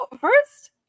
first